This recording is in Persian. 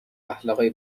اخلاقای